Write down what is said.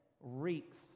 reeks